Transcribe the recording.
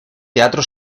teatro